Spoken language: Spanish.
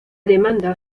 demanda